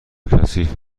کثیف